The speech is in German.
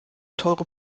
teure